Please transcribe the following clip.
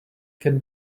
can